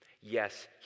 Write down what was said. Yes